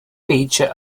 feature